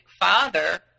father